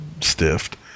stiffed